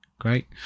great